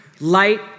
light